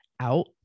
out